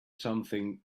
something